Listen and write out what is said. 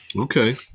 Okay